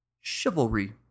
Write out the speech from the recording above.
Chivalry